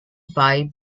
buy